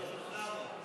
איציק,